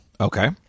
Okay